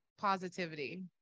positivity